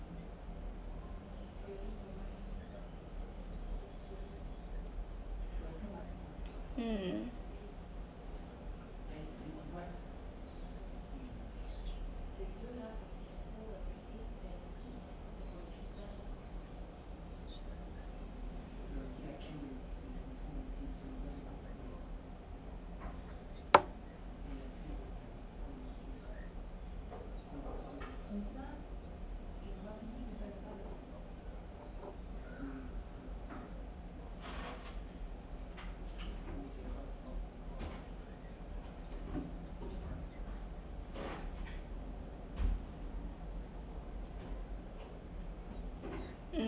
um